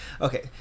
Okay